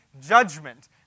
judgment